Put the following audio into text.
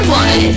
one